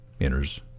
enters